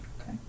Okay